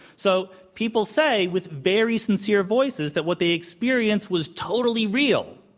so people say, with very sincere voices, that what they experienced was totally real.